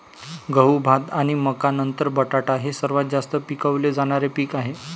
गहू, भात आणि मका नंतर बटाटा हे सर्वात जास्त पिकवले जाणारे पीक आहे